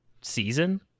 season